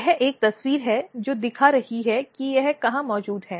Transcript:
यह एक तस्वीर है जो दिखा रही है कि यह कहाँ मौजूद है